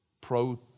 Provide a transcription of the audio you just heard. pro